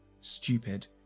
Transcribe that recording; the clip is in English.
Stupid